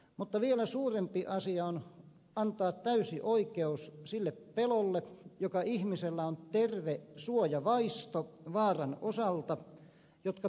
mutta vielä suurempi asia on antaa täysi oikeus sille pelolle joka on terve suojavaisto vaaran osalta ihmisillä jotka pelkäävät petoja